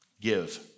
Give